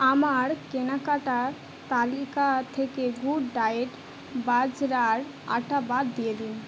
আমার কেনাকাটার তালিকা থেকে গুড ডায়েট বাজরার আটা বাদ দিয়ে দিন